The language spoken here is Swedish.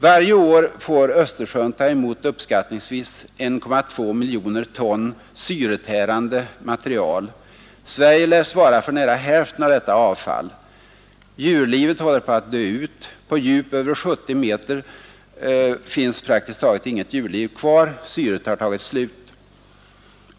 Varje år får Östersjön ta emot uppskattningsvis 1,2 miljoner ton syretärande material. Sverige lär svara för nära hälften av detta avfall. Djurlivet håller på att dö ut. På djup över 70 meter finns praktiskt taget inget djurliv kvar — syret har tagit slut.